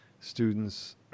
students